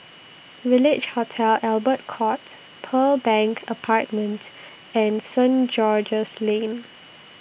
Village Hotel Albert Courts Pearl Bank Apartments and Saint George's Lane